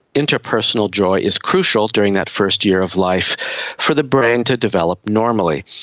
interpersonal joy is crucial during that first year of life for the brain to develop normally.